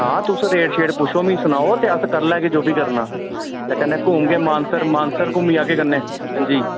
हां तुस रेट शेट पुच्छो मिगी सनाओ ते अस करी लैगे जो बी करना ते कन्नै घूमगे मानसर मानसर घूमी आह्गे कन्नै हां जी